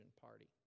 party